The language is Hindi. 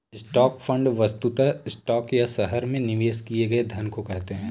स्टॉक फंड वस्तुतः स्टॉक या शहर में निवेश किए गए धन को कहते हैं